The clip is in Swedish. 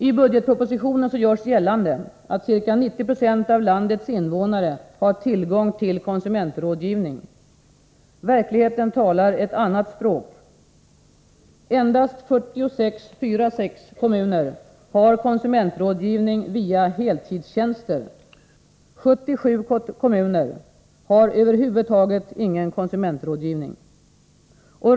I budgetpropositionen görs gällande att ca 90 96 av landets invånare har tillgång till konsumentrådgivning. Verkligheten talar ett annat språk. Endast 46 kommuner har konsumentrådgivning via heltidstjänster. 77 kommuner har över huvud taget ingen konsumentrådgivning.